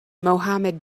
mohamed